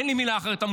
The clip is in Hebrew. אין לי מילה אחרת,